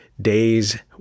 days